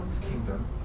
kingdom